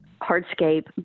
hardscape